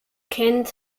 kennt